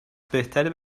بهتره